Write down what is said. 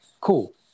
Cool